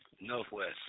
Northwest